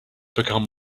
become